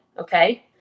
okay